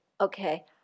Okay